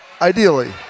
Ideally